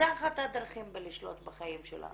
זו אחת הדרכים לשלוט בחיים שלה.